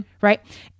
right